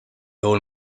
old